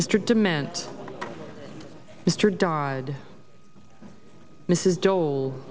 mr demand mr dodd mrs dole